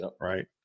Right